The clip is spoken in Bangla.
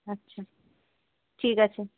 আচ্ছা ঠিক আছে